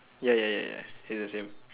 ya ya ya ya it's the same